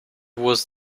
was